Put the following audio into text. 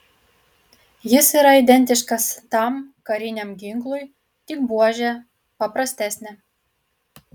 jis yra identiškas tam kariniam ginklui tik buožė paprastesnė